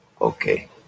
Okay